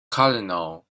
colonel